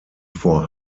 vor